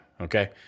okay